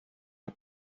der